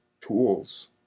tools